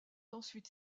ensuite